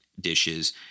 dishes